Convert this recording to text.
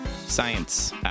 science